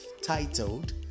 titled